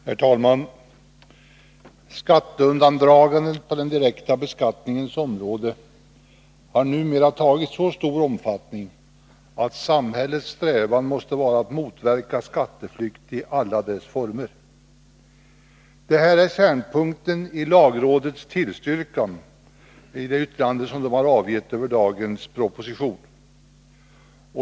Herr talman! Skatteundandragandet på den direkta beskattningens område har numera fått så stor omfattning att samhällets strävan måste vara att motverka skatteflykt i alla dess former. Det är kärnpunkten i lagrådets tillstyrkan i det yttrande rådet avgivit över dagens proposition.